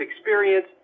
experience